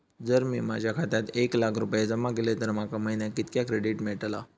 जर मी माझ्या खात्यात एक लाख रुपये जमा केलय तर माका महिन्याक कितक्या क्रेडिट मेलतला?